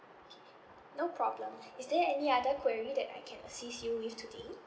okay no problem is there any other query that I can assist you with today